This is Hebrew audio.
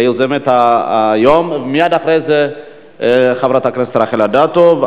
כיוזמת היום, ומייד אחרי זה חברת הכנסת רחל אדטו.